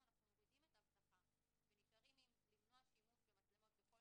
אם אנחנו מורידים את האבטחה ונשארים עם "למנוע שימוש במצלמות בכל